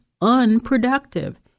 unproductive